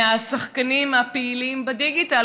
מהשחקנים הפעילים בדיגיטל.